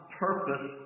purpose